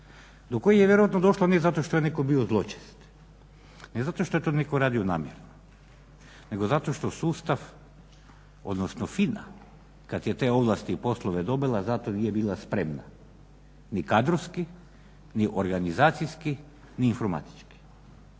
do kojeg je vjerojatno došlo ne zato što je netko bio zločest, ne zato što je to netko radio namjerno nego zato što sustav odnosno FINA kada je te poslove i ovlasti dobila zato jer nije bila spremna ni kadrovski, ni organizacijski, ni informatički.